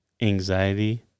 anxiety